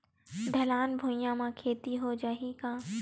ढलान भुइयां म खेती हो जाही का?